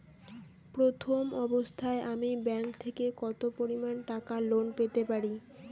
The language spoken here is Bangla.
প্রথম অবস্থায় আমি ব্যাংক থেকে কত পরিমান টাকা লোন পেতে পারি?